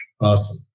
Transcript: Awesome